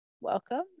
welcome